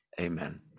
Amen